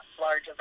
large